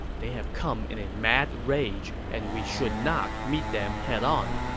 they have come in a mad rage and we should not meet them head on.